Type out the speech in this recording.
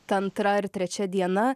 ta antra ar trečia diena